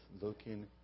looking